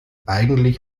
eigentlich